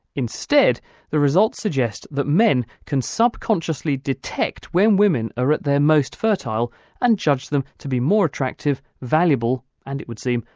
instead the results suggest that men can subconsciously detect when women are at their most fertile and judge them to be more attractive, valuable and, it would seem,